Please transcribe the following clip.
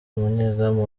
umunyezamu